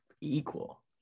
equal